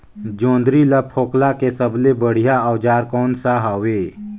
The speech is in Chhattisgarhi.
जोंदरी ला फोकला के सबले बढ़िया औजार कोन सा हवे?